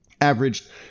Averaged